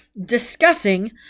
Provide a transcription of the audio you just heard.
discussing